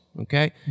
okay